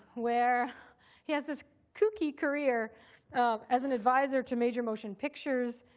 where he has this kooky career as an advisor to major motion pictures.